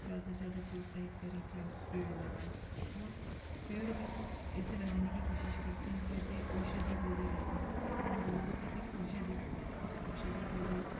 ज्यादा से ज्यादा प्रोत्साहित करें कि आप पेड़ लगाएँ और पेड़ भी कुछ ऐसे लगाने की कोशिश करते हैं जैसे औषधि पौधे रहते हैं तो हम लोगों को कहते हैं कि औषधि पौधे लगाओ औषधि पौधे